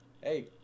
hey